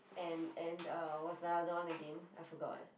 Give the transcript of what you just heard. and and uh what's the other one again I forgot